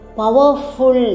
powerful